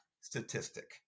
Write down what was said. statistic